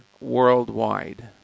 worldwide